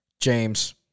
James